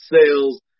sales